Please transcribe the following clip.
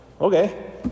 okay